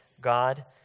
God